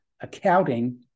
accounting